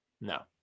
No